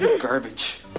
garbage